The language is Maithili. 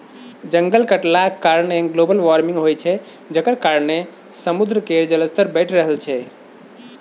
जंगल कटलाक कारणेँ ग्लोबल बार्मिंग होइ छै जकर कारणेँ समुद्र केर जलस्तर बढ़ि रहल छै